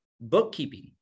bookkeeping